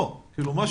לא,